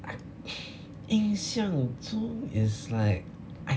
I 影像中 is like I